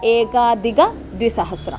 एकाधिकद्विसहस्रम्